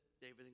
David